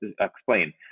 explain